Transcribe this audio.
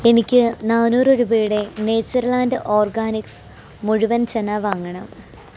എനിക്ക് നാനൂറ് രൂപയുടെ നേയ്ച്ചർ ലാൻഡ് ഓർഗാനിക്സ് മുഴുവൻ ചനാ വാങ്ങണം